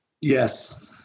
Yes